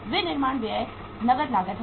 विनिर्माण व्यय नकद लागत है